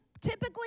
typically